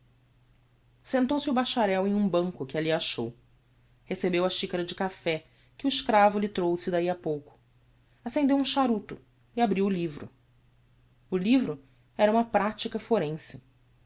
sentou-se o bacharel em um banco que alli achou recebeu a chicara de café que o escravo lhe trouxe dahi a pouco accendeu um charuto e abriu o livro o livro era uma pratica forense